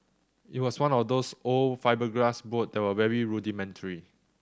it was one of those old fibreglass boat that were very rudimentary